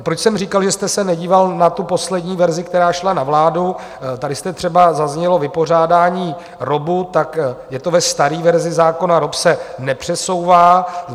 Proč jsem říkal, že jste se nedíval na tu poslední verzi, která šla na vládu tady třeba zaznělo vypořádání ROBu, tak je to ve staré verzi zákona, ROB se nepřesouvá.